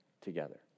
together